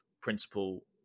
principle